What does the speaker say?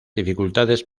dificultades